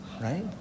right